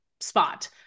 spot